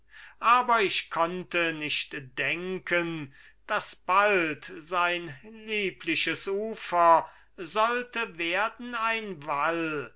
aber ich konnte nicht denken daß bald sein liebliches ufer sollte werden ein wall